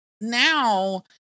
Now